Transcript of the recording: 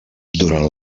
durant